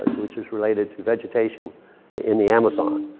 which is related to vegetation in the amazon.